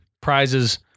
prizes